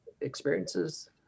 experiences